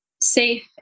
safe